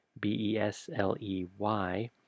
B-E-S-L-E-Y